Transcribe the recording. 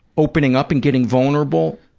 opening up and getting vulnerable,